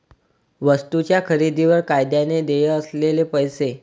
वस्तूंच्या खरेदीवर कायद्याने देय असलेले पैसे